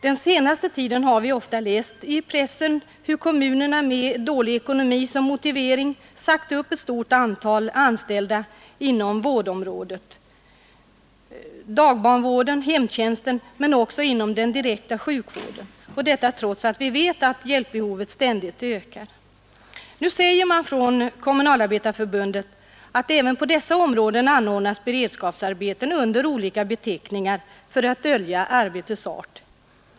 Den senaste tiden har vi ofta läst i pressen hur kommunerna, med dålig ekonomi som motivering, sagt upp ett stort antal anställda inom vårdområdet — i dagbarnvården, i hemtjänsten och även i den direkta sjukvården; detta trots att vi vet att hjälpbehovet ständigt ökar. Nu säger man från Kommunalarbetareförbundet att även på dessa områden anordnas beredskapsarbeten under olika beteckningar för att dölja arbetets art.